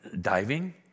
diving